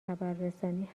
خبررسانی